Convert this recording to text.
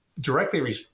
directly